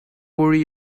worry